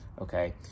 okay